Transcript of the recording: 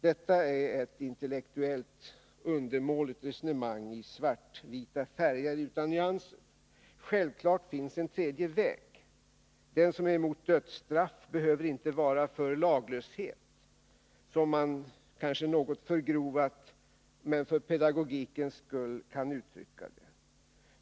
Detta är ett intellektuellt undermåligt resonemang i svartvita färger utan nyanser. Självfallet finns en tredje väg. Den som är emot dödsstraff behöver inte vara för laglöshet, som man kanske något förgrovat men för pedagogikens skull kan uttrycka det.